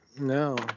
no